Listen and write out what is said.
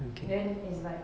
then is like